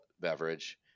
beverage